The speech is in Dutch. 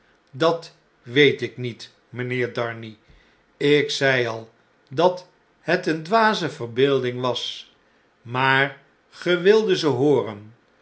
dat weet ik niet mynheer darnay ik zei al dat het een dwaze verbeelding was maar gjj wildet ze hooren